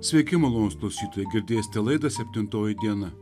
sveiki malonūs klausytojai girdėsite laidą septintoji diena